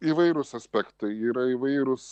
įvairūs aspektai yra įvairūs